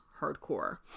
hardcore